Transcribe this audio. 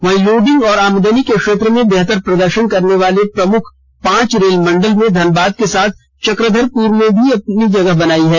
वहीं लोडिंग और आमदनी के क्षेत्र में बेहतर प्रदर्शन करने वाले प्रमुख पांच रेल मंडल में धनबाद के साथ चकधरपुर में भी अपनी जगह बनायी है